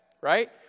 right